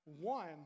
one